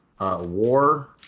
War